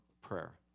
prayer